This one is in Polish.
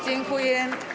Dziękuję.